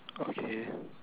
okay